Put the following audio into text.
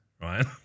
right